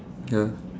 ya